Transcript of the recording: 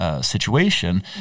situation